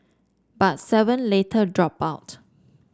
but seven later dropped out